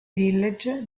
village